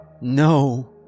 No